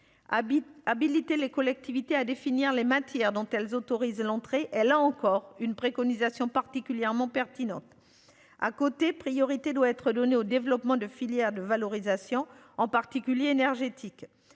habiliter les collectivités à définir les matières dont elles autorisent l'entrée elle a encore une préconisation particulièrement pertinente. À côté, priorité doit être donnée au développement de filières de valorisation en particulier énergétique.